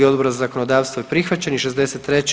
Odbora za zakonodavstvo je prihvaćen i 63.